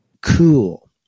cool